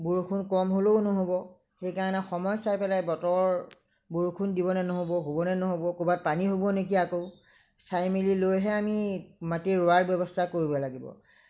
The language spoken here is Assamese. বৰষুণ কম হ'লেও নহ'ব সেইকাৰণে সময় চাই পেলাই বতৰৰ বৰষুণ হ'ব নে নহ'ব কৰবাত পানী হ'ব নেকি আকৌ চাই মেলি লৈহে আমি মাটি ৰোৱাৰ ব্যৱস্থা কৰিব লাগে